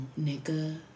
nigga